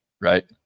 Right